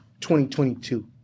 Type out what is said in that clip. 2022